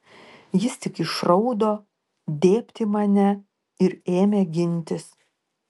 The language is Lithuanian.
jis tik išraudo dėbt į mane ir ėmė gintis